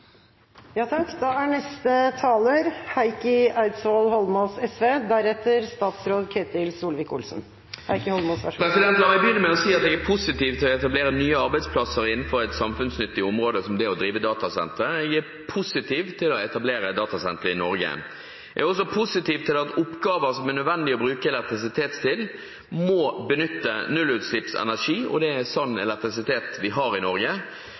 La meg begynne med å si at jeg er positiv til å etablere nye arbeidsplasser innenfor et samfunnsnyttig område, som det å drive datasenter er. Jeg er positiv til å etablere datasentre i Norge. Jeg er også positiv til at oppgaver som det er nødvendig å bruke elektrisitet til, må benytte nullutslippsenergi, og det er slik elektrisitet vi har i Norge.